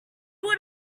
would